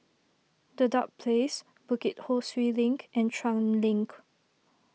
Dedap Place Bukit Ho Swee Link and Chuan Link